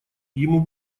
ему